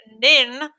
Nin